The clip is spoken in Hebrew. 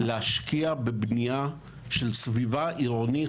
להשקיע בבנייה של סביבה עירונית